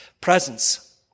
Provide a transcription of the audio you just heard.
presence